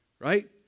right